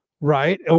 Right